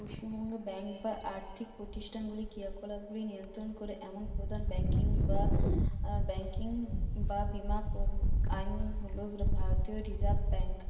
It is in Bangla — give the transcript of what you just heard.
পশ্চিমবঙ্গে ব্যাংক বা আর্থিক প্রতিষ্ঠানগুলি ক্রিয়াকলাপগুলি নিয়ন্ত্রণ করে এমন প্রধান ব্যাংকিং বা ব্যাংকিং বা বীমা আইন হল ভারতীয় রিজার্ভ ব্যাংক